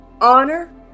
honor